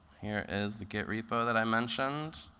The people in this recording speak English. here is the git repo that i mentioned.